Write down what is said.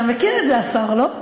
אתה מכיר את זה, השר, לא?